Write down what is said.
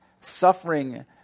suffering